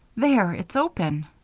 there! it's open.